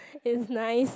is nice